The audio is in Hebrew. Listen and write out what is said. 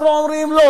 בדרך כלל